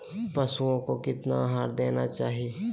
पशुओं को कितना आहार देना चाहि?